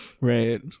right